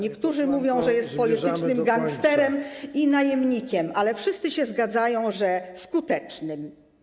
Niektórzy mówią, że jest politycznym gangsterem i najemnikiem, ale wszyscy się zgadzają, że skutecznym.